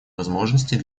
возможностей